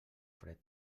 fred